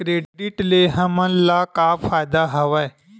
Credit ले हमन ला का फ़ायदा हवय?